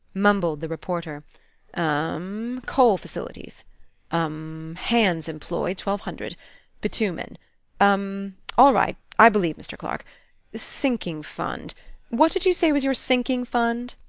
mumbled the reporter um! coal facilities um! hands employed, twelve hundred bitumen um all right, i believe, mr. clarke sinking-fund what did you say was your sinking-fund?